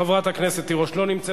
חברת הכנסת תירוש, לא נמצאת.